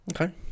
Okay